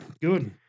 good